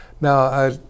Now